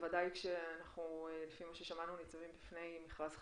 בוודאי כשלפי מה ששמענו אנחנו ניצבים בפני מכרז חדש,